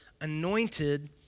anointed